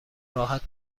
راحت